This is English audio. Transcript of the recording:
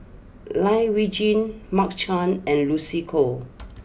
Lai Weijie Mark Chan and Lucy Koh